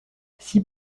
six